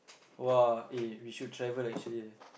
!wah! eh we should travel actually eh